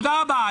תודה רבה.